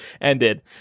ended